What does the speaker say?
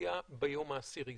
יציאה ביום העשירי.